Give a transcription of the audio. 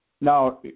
Now